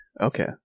Okay